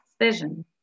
vision